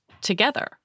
together